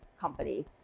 company